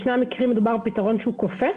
בשני המקרים מדובר בפתרון שהוא כופה,